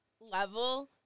level